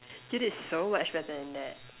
you did so much better than that